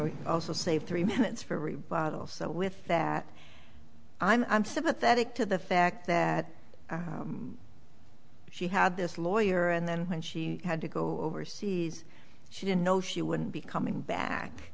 to also save three minutes for every bottle so with that i'm sympathetic to the fact that she had this lawyer and then when she had to go overseas she didn't know she wouldn't be coming back